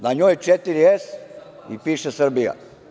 Na njoj četiri S i piše „Srbija“